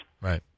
Right